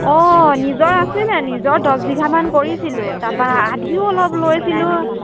অঁ নিজৰ আছিলে নিজৰ দছ বিঘামান কৰিছিলোঁ তাৰপৰা আধিও অলপ লৈছিলোঁ